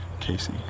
Casey